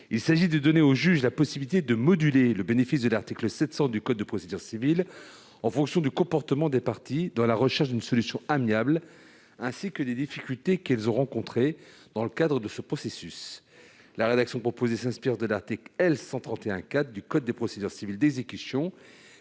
Il s'agit de donner au juge la possibilité de moduler le bénéfice de l'article 700 du code de procédure civile en fonction du comportement des parties dans la recherche d'une solution amiable, ainsi que des difficultés qu'elles ont rencontrées dans le cadre de ce processus. La rédaction proposée s'inspire de l'article L. 131-4 du code des procédures civiles d'exécution,